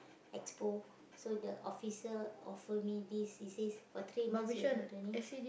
Expo so the officer offer me this he says for three months you will do training